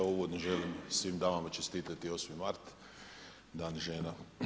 Uvodno želim svim damama čestitati 8. mart, Dan žena.